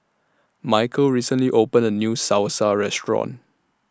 Mykel recently opened A New Salsa Restaurant